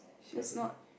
let's not